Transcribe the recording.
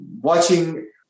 watching